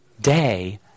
day